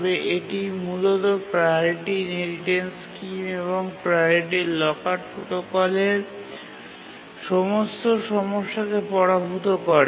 তবে এটি মূলত প্রাওরিটি ইনহেরিটেন্স স্কিম এবং প্রাওরিটি লকার প্রোটোকলের সমস্ত সমস্যাকে পরাভূত করে